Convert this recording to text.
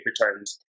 returns